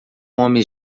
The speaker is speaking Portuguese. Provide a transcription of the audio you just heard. homens